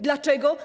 Dlaczego?